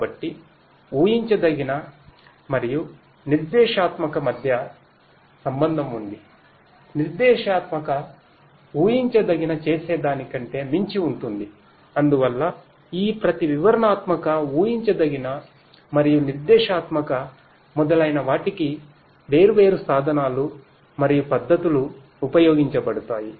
కాబట్టి ఉహించదగిన మరియు నిర్దేశాత్మక మధ్య సంబంధం ఉందినిర్దేశాత్మక ఉహించదగిన చేసేదానికంటే మించి ఉంటుంది అందువల్ల ఈ ప్రతి వివరణాత్మక ఉహించదగిన మరియు నిర్దేశాత్మక మొదలైన వాటికి వేర్వేరు సాధనాలు మరియు పద్ధతులు ఉపయోగించబడతాయి